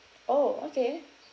orh okay